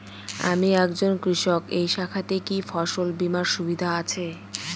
আমি একজন কৃষক এই শাখাতে কি ফসল বীমার সুবিধা আছে?